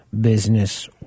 business